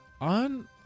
on